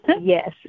Yes